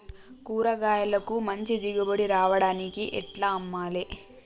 కూరగాయలకు మంచి దిగుబడి రావడానికి ఎట్ల అమ్మాలే?